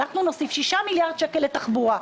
אנחנו נוסיף 6 מיליארד שקל לתחבורה.